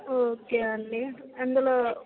okay అండీ అందులో